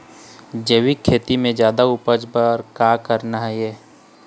जैविक खेती म जादा उपज बर का करना ये?